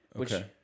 Okay